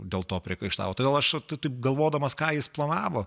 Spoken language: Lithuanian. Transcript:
dėl to priekaištauta todėl aš taip galvodamas ką jis planavo